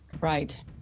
Right